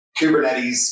Kubernetes